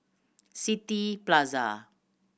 City Plaza